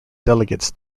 delegates